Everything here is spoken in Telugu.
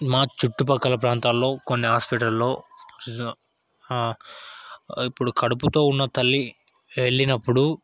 మా చుట్టుపక్కల ప్రాంతాల్లో కొన్ని హాస్పిటల్లో ఇప్పుడు కడుపుతో ఉన్న తల్లి వెళ్ళినప్పుడు